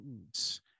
foods